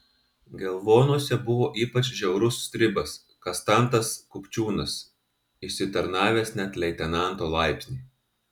gelvonuose buvo ypač žiaurus stribas kastantas kupčiūnas išsitarnavęs net leitenanto laipsnį